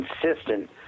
consistent